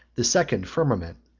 the second firmament,